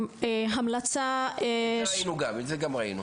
וגם הלא כשמדברים על